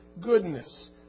goodness